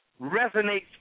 resonates